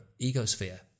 ecosphere